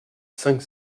cinq